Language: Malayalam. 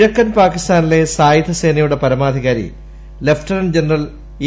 കിഴക്കൻ പാക്കിസ്ഥാനിലെ സായുധസേനയുടെ പരമാധികാരി ലഫ്റ്റനന്റ് ജനറൽ എ